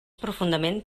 profundament